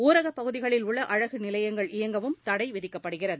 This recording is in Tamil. ஊரகப் பகுதிகளில் உள்ள அழகு நிலையங்கள் இயங்கவும் தடை விதிக்கப்படுகிறது